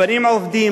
הבנים עובדים,